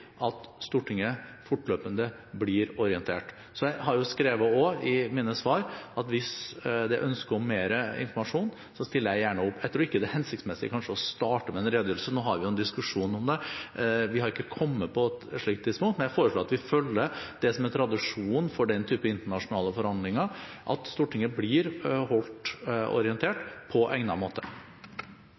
at Stortinget fortløpende blir orientert. Jeg har jo også skrevet i mine svar at hvis det er ønske om mer informasjon, så stiller jeg gjerne opp. Jeg tror kanskje ikke det er hensiktsmessig å starte med en redegjørelse – nå har vi jo en diskusjon om det, og vi har ikke kommet til et slikt tidspunkt – men jeg foreslår at vi følger det som er tradisjonen for den typen internasjonale forhandlinger, at Stortinget blir holdt orientert på egnet måte.